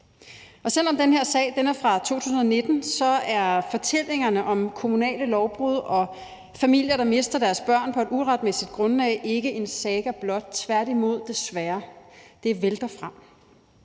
Selv om den her sag er fra 2019, er fortællingerne om kommunale lovbrud og familier, der mister deres børn på et uretmæssigt grundlag, ikke en saga blot – tværtimod, desværre. Det vælter frem.